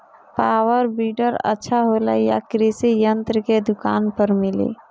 Power weeder अच्छा होला यह कृषि यंत्र के दुकान पर मिली?